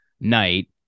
night